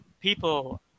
people